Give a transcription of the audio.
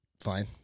fine